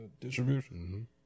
distribution